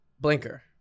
Blinker